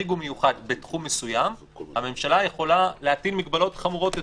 חריג ומיוחד בתחום מסוים הממשלה יכולה להטיל מגבלות חמורות יותר.